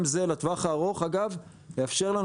גם זה לטווח הארוך, אגב, תאפשר לנו.